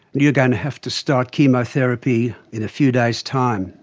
you're going to have to start chemotherapy in a few days' time.